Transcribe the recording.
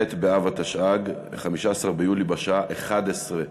ח' באב התשע"ג, 15 ביולי 2013, בשעה 11:00,